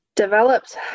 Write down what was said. Developed